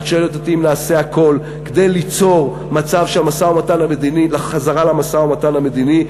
את שואלת אותי אם נעשה הכול כדי ליצור מצב לחזרה למשא-ומתן המדיני?